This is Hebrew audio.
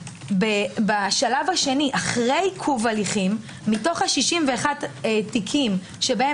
בשלב השני אחרי עיכוב הליכים מתוך 61 תיקים שבהם